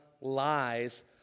lies